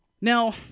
Now